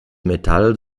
metall